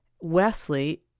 Wesley